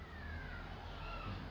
top notch you know to be in